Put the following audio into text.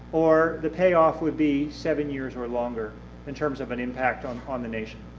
or the payoff would be seven years or longer in terms of an impact on on the nation.